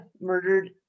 murdered